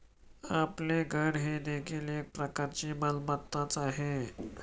आपले घर हे देखील एक प्रकारची मालमत्ताच आहे